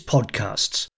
Podcasts